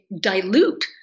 dilute